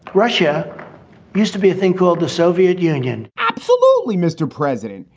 russia used to be a thing called the soviet union. absolutely, mr. president.